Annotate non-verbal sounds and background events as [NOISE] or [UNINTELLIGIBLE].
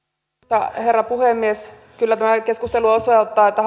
arvoisa herra puhemies kyllä tämä keskustelu osoittaa että [UNINTELLIGIBLE]